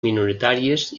minoritàries